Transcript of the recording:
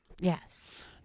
Yes